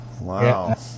wow